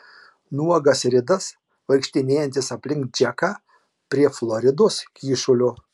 nuogas ridas vaikštinėjantis aplink džeką prie floridos kyšulio